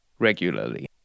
regularly